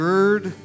Gird